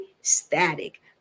static